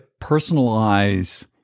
personalize